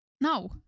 No